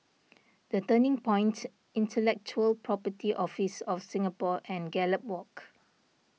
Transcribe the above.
the Turning Point Intellectual Property Office of Singapore and Gallop Walk